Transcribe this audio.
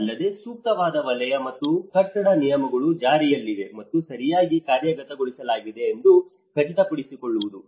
ಅಲ್ಲದೆ ಸೂಕ್ತವಾದ ವಲಯ ಮತ್ತು ಕಟ್ಟಡ ನಿಯಮಗಳು ಜಾರಿಯಲ್ಲಿವೆ ಮತ್ತು ಸರಿಯಾಗಿ ಕಾರ್ಯಗತಗೊಳಿಸಲಾಗಿದೆ ಎಂದು ಖಚಿತಪಡಿಸಿಕೊಳ್ಳುವುದು